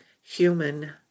human